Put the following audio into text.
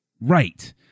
right